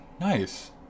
Nice